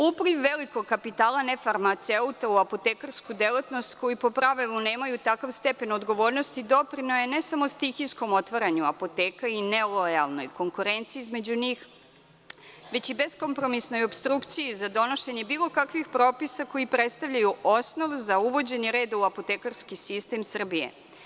Upliv velikog kapitala nefarmaceuta u apotekarsku delatnost koji po pravilu nemaju takav stepen odgovornosti, doprineo je ne samo stihijskom otvaranju apoteka i nelojalnoj konkurenciji između njih, već i bezkompromisnoj opstrukciji za donošenje bilo kakvih propisa koji predstavljaju osnov za uvođenje reda u apotekarski sistem Srbije.